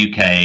UK